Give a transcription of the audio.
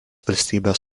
valstybės